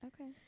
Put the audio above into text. Okay